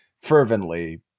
fervently